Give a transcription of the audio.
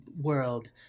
world